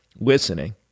listening